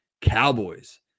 Cowboys